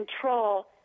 control